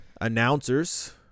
announcers